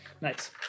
Nice